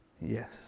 Yes